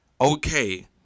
okay